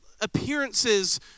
appearances